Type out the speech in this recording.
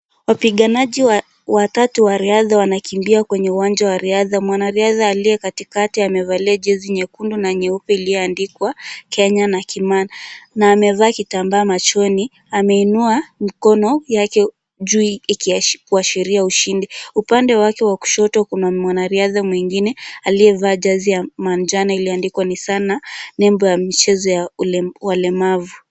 Wapiganaji watatu wa riadha, wanakimbia kwenye uwanja wa riadha. Mwanariadha aliye katikati amevalia jezi nyekundu na nyeupe iliyoandikwa Kenya na Kimani. Na amevaa kitambaa machoni. Ameinua mkono yake juu kuashiria ushindi. Upande wake wa kushoto kuna mwanariadha mwingine aliyevaa jazi ya manjano iliyoandikwa Nissan na nembo ya wachezaji walemavu